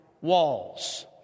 walls